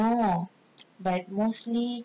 you know but mostly